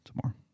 tomorrow